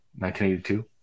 1982